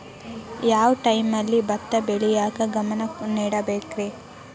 ಯಾವ್ ಟೈಮಲ್ಲಿ ಭತ್ತ ಬೆಳಿಯಾಕ ಗಮನ ನೇಡಬೇಕ್ರೇ?